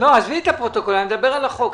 אני מדבר על החוק.